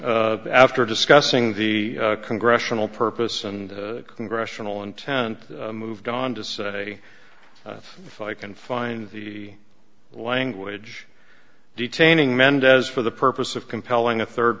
said after discussing the congressional purpose and congressional intent moved on to say if i can find the language detaining mendez for the purpose of compelling a third